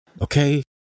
Okay